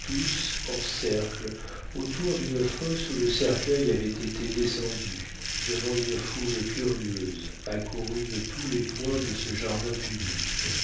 tous en cercle autour d'une fosse où le cercueil avait été descendu devant une foule curieuse accourue de tous les points de ce jardin public